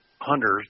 hunters